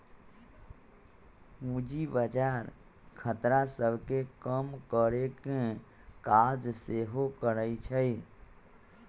पूजी बजार खतरा सभ के कम करेकेँ काज सेहो करइ छइ